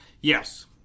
Yes